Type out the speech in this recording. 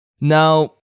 Now